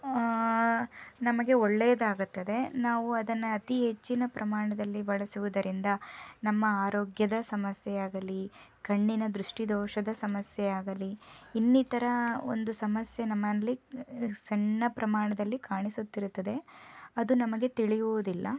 ನಮಗೆ ಒಳ್ಳೆಯದಾಗುತ್ತದೆ ನಾವು ಅದನ್ನು ಅತಿ ಹೆಚ್ಚಿನ ಪ್ರಮಾಣದಲ್ಲಿ ಬಳಸುವುದರಿಂದ ನಮ್ಮ ಆರೋಗ್ಯದ ಸಮಸ್ಯೆಯಾಗಲಿ ಕಣ್ಣಿನ ದೃಷ್ಟಿದೋಷದ ಸಮಸ್ಯೆಯಾಗಲಿ ಇನ್ನಿತರ ಒಂದು ಸಮಸ್ಯೆ ನಮ್ಮಲ್ಲಿ ಸಣ್ಣ ಪ್ರಮಾಣದಲ್ಲಿ ಕಾಣಿಸುತ್ತಿರುತ್ತದೆ ಅದು ನಮಗೆ ತಿಳಿಯುವುದಿಲ್ಲ